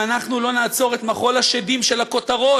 אנחנו לא נעצור את מחול השדים של הכותרות,